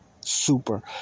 super